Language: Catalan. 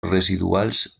residuals